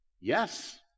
Yes